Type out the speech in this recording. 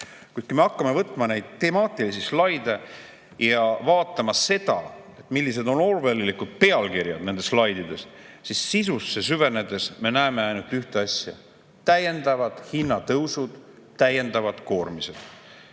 kui me hakkame võtma temaatilisi slaide ja vaatama seda, millised on orwellilikud pealkirjad nendes slaidides, siis sisusse süvenedes me näeme ainult ühte asja: täiendavad hinnatõusud, täiendavad koormised.